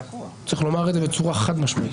צריך לומר את זה בצורה חד משמעית.